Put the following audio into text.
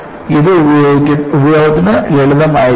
അതിനാൽ ഇത് ഉപയോഗത്തിനു ലളിതമായിരിക്കണം